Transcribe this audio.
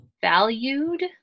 valued